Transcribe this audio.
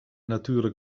natuerlik